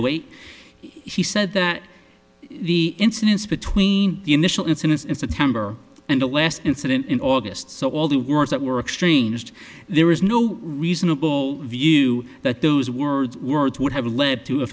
eight he said that the incidents between the initial incidents in september and the west incident in august so all the words that were exchanged there was no reasonable view that those words words would have led to a